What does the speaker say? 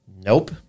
Nope